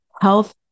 health